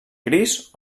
gris